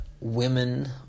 women